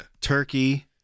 turkey